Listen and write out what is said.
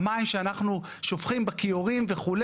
המים שאנחנו שופכים בכיורים וכו'.